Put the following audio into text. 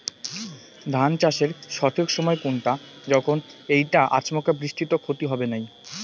ধান চাষের সঠিক সময় কুনটা যখন এইটা আচমকা বৃষ্টিত ক্ষতি হবে নাই?